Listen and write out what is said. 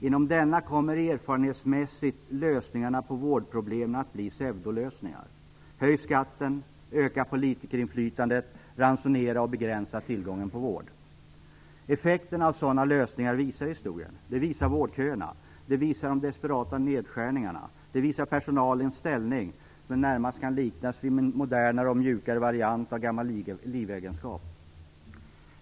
Inom denna kommer erfarenhetsmässigt lösningarna på vårdproblemet att bli pseudolösningar. Höj skatten, öka politikerinflytandet, ransonera och begränsa tillgången på vård. Historien, vårdköerna, de desperata nedskärningarna och personalens ställning, som närmast kan liknas vid en modernare och mjukare variant av gammal livegenskap, visar effekterna av sådana lösningar.